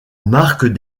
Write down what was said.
marque